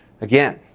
again